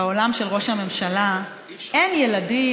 בעולם של ראש הממשלה אין ילדים,